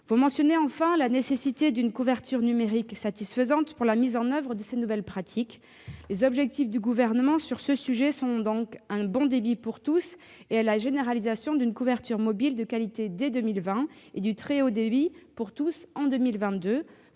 Vous mentionnez enfin la nécessité d'une couverture numérique satisfaisante pour la mise en oeuvre de ces nouvelles pratiques. Les objectifs du Gouvernement sur ce sujet sont donc un bon débit pour tous et la généralisation d'une couverture mobile de qualité dès 2020 et du très haut débit pour tous en 2022.